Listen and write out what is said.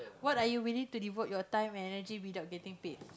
what are you willing to devote your time and energy without getting paid